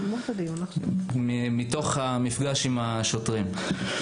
בגלל המפגש עם השוטרים.